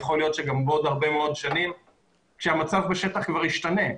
יכול להיות שגם בעוד הרבה מאוד שנים כאשר המצב בשטח כבר ישתנה,